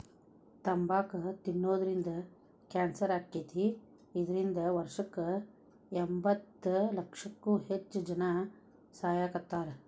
ತಂಬಾಕ್ ತಿನ್ನೋದ್ರಿಂದ ಕ್ಯಾನ್ಸರ್ ಆಕ್ಕೇತಿ, ಇದ್ರಿಂದ ವರ್ಷಕ್ಕ ಎಂಬತ್ತಲಕ್ಷಕ್ಕೂ ಹೆಚ್ಚ್ ಜನಾ ಸಾಯಾಕತ್ತಾರ